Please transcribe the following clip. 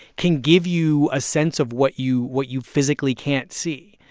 can give you a sense of what you what you physically can't see.